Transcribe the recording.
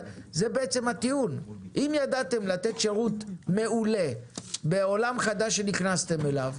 אם ידעתם לתת שירות מעולה בעולם חדש שנכנסת אליו,